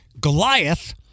Goliath